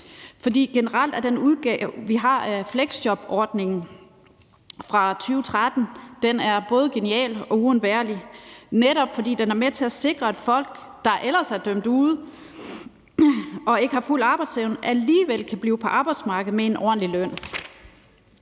Generelt er den udgave, vi har af fleksjobordningen, fra 2013, både genial og uundværlig, netop fordi den er med til at sikre, at folk, der ellers er dømt ude og ikke har fuld arbejdsevne, alligevel kan blive på arbejdsmarkedet med en ordentlig løn.